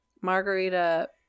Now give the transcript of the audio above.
margarita